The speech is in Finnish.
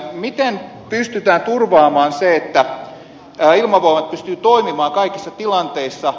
miten pystytään turvaamaan se että ilmavoimat pystyy toimimaan kaikissa tilanteissa